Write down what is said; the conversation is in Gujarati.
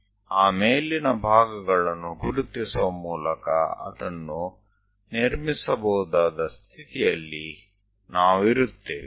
તો આ ઉપરના ભાગને પણ ઓળખીશું અને કોઈ તે રચવાની સ્થિતિમાં આવશે